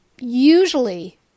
Usually